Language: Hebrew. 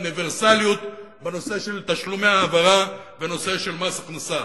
אוניברסליות בנושא של תשלומי העברה ובנושא של מס הכנסה.